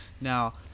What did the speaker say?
Now